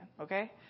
okay